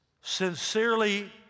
sincerely